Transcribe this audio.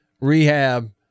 Rehab